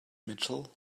mitchell